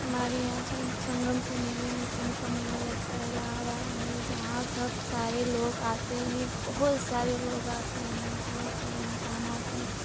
हमारे यहाँ जब संगम के मेले मे कुंभ का मेला लगता है इलाहाबाद में जहाँ सब सारे लोग आते हैं बहुत सारे लोग आते हैं बहुत सारे इंसान आते हैं